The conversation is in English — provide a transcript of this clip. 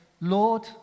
Lord